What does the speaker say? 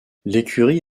l’écurie